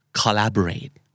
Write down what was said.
collaborate